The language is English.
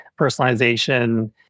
personalization